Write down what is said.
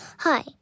Hi